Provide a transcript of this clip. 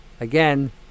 Again